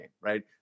right